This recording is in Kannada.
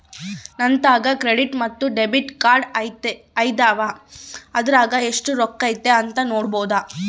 ನಂತಾಕ ಕ್ರೆಡಿಟ್ ಮತ್ತೆ ಡೆಬಿಟ್ ಕಾರ್ಡದವ, ಅದರಾಗ ಎಷ್ಟು ರೊಕ್ಕತೆ ಅಂತ ನೊಡಬೊದು